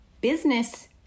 business